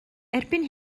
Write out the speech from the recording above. erbyn